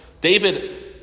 David